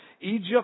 Egypt